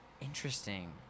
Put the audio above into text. interesting